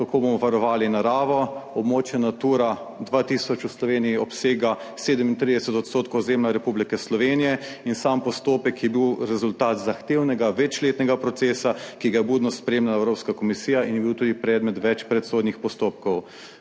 kako bomo varovali naravo. Območje Natura 2000 v Sloveniji obsega 37 odstotkov ozemlja Republike Slovenije in sam postopek je bil rezultat zahtevnega večletnega procesa, ki ga je budno spremljala Evropska komisija in je bil tudi predmet več predsodnih postopkov.